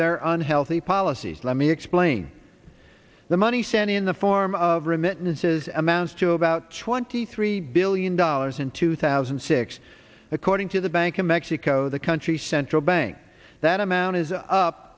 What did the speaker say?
their unhealthy policies let me explain the money sent in the form of remittances amounts to about twenty three billion dollars in two thousand and six according to the bank in mexico the country's central bank that amount is up